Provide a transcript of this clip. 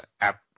app